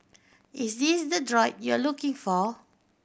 is this the droid you're looking for